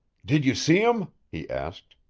did you see him? he asked.